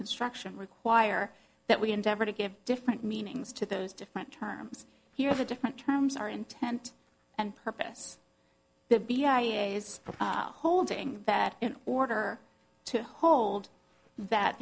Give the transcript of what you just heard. construction require that we endeavor to give different meanings to those different terms here of the different terms our intent and purpose is holding that in order to hold that